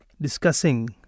discussing